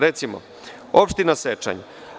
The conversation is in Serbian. Recimo, opština Sečanj.